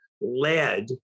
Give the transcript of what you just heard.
led